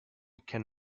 can